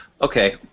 Okay